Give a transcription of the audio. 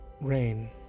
rain